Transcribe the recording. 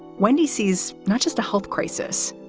wendy sees not just a health crisis,